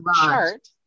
chart